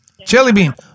Jellybean